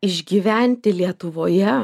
išgyventi lietuvoje